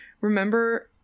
Remember